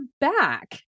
back